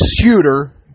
shooter